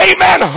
Amen